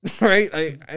Right